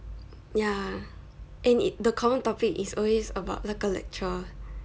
ya and the common topic is always about 那个 lecturer